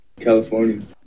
California